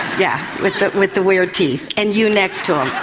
yeah with the with the weird teeth and you next to him,